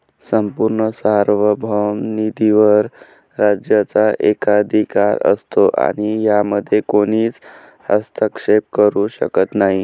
संपूर्ण सार्वभौम निधीवर राज्याचा एकाधिकार असतो आणि यामध्ये कोणीच हस्तक्षेप करू शकत नाही